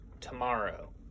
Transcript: tomorrow